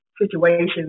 situations